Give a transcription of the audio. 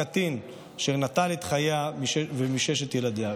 קטין אשר נטל את חייה ומששת ילדיה,